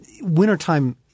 Wintertime